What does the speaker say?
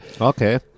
Okay